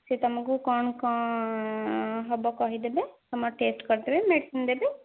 ସେ ତମକୁ କ'ଣ କ'ଣ ହେବ କହିଦେବେ ଟେଷ୍ଟ୍ କରିଦେବେ ମେଡ଼ିସିନ୍ ଦେବେ